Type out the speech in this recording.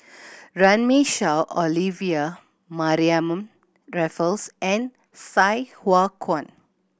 Runme Shaw Olivia Mariamne Raffles and Sai Hua Kuan